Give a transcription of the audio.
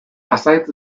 pasahitz